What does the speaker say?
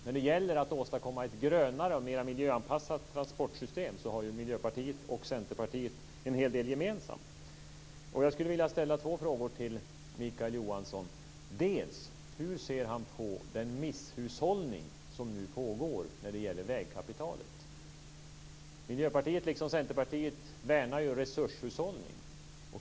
När det gäller att åstadkomma ett grönare och mer miljöanpassat transportsystem har Miljöpartiet och Centerpartiet en hel del gemensamt. Jag skulle vilja ställa två frågor till Mikael Johansson. Hur ser han på den misshushållning som nu pågår när det gäller vägkapitalet? Miljöpartiet liksom Centerpartiet värnar ju resurshushållning.